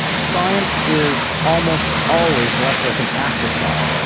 science is almost always left as an afterthought,